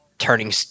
Turning